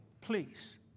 Please